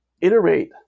iterate